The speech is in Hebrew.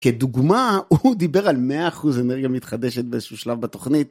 כדוגמה הוא דיבר על 100% אנרגיה מתחדשת באיזשהו שלב בתוכנית.